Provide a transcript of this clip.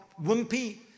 wimpy